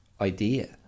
idea